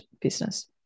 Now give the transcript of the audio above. business